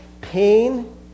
pain